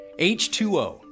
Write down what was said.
H2O